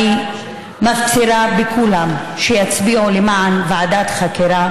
אני מפצירה בכולם שיצביעו למען ועדת חקירה